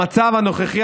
המצב הנוכחי,